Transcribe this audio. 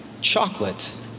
chocolate